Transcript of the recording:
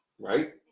Right